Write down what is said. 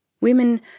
Women